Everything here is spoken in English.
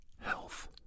health